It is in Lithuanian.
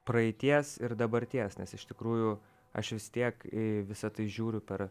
praeities ir dabarties nes iš tikrųjų aš vis tiek į visa tai žiūriu per